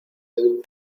dulce